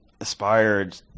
aspired